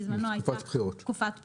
בזמנו הייתה תקופת בחירות.